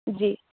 जी